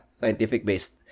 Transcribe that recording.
scientific-based